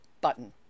button